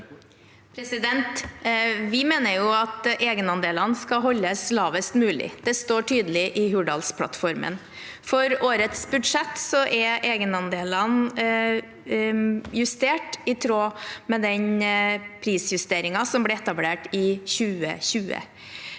Vi mener at egenandelene skal holdes lavest mulig. Det står tydelig i Hurdalsplattformen. For årets budsjett er egenandelene justert i tråd med prisjusteringen som ble etablert i 2020.